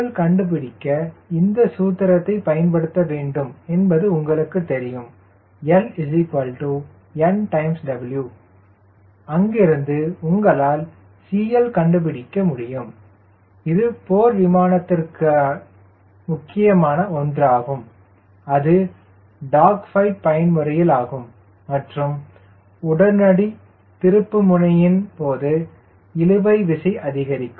CL கண்டுபிடிக்க இந்த சூத்திரத்தை பயன்படுத்த வேண்டும் என்பது உங்களுக்கு தெரியும் LnW அங்கிருந்து உங்களால் CL கண்டுபிடிக்க முடியும் இது போர் விமானத்திற்கு முக்கியமான ஒன்றாகும் அதுவும் டாக் ஃபைட் பயன்முறையில் ஆகும் மற்றும் உடனடி திருப்புமுனையின் போது இழுவை விசை அதிகரிக்கும்